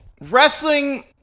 wrestling